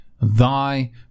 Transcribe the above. Thy